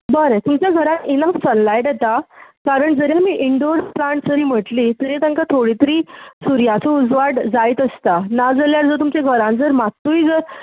बरें तुमच्या घरांत इल्लो सनलायट येता कारण जरी आमी इनडोर प्लाण्ट जरी म्हटली तरी तांकां थोडी तरी सुर्याचो उजवाड जायच आसता नाजाल्यार तुमच्या घरांत जर मात्तूय जर